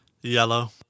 Yellow